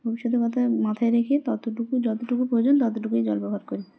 ভবিষ্যতের কথা মাথায় রেখে ততটুকু যতটুকু প্রয়োজন ততটুকুই জল ব্যবহার করি